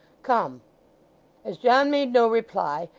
come as john made no reply,